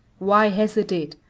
why hesitate?